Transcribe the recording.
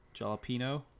Jalapeno